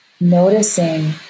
Noticing